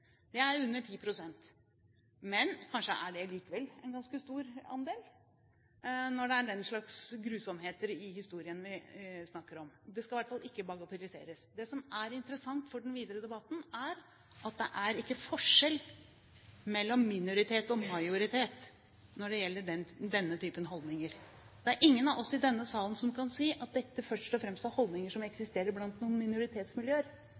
Det er under 10 pst., men kanskje er det likevel en ganske stor andel når det er den slags grusomheter i historien vi snakker om. Det skal i hvert fall ikke bagatelliseres. Det som er interessant for den videre debatten, er at det ikke er noen forskjell mellom minoritet og majoritet når det gjelder denne type holdninger. Det er ingen av oss i denne salen som kan si at dette først og fremst er holdninger som eksisterer i minoritetsmiljøer.